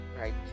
right